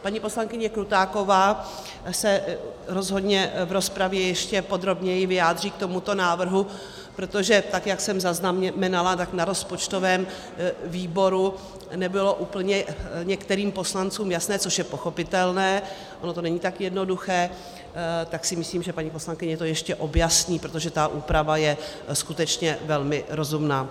Paní poslankyně Krutáková se rozhodně v rozpravě ještě podrobněji vyjádří k tomuto návrhu, protože jak jsem zaznamenala, na rozpočtovém výboru to nebylo úplně některým poslancům jasné, což je pochopitelné, ono to není tak jednoduché, tak si myslím, že paní poslankyně to ještě objasní, protože ta úprava je skutečně velmi rozumná.